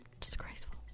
Disgraceful